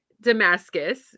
Damascus